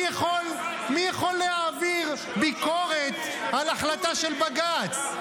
מי יכול להעביר ביקורת על החלטה של בג"ץ?